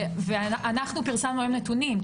ואנחנו פרסמנו היום נתונים,